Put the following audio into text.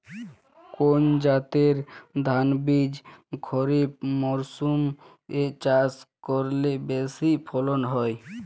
কোন জাতের ধানবীজ খরিপ মরসুম এ চাষ করলে বেশি ফলন হয়?